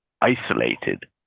isolated